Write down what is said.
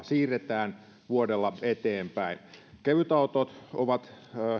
siirretään vuodella eteenpäin kevytautot ovat